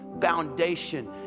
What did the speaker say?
foundation